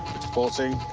it's pulsing.